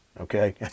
okay